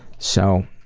so,